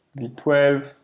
v12